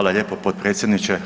lijepo potpredsjedniče.